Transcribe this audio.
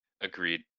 Agreed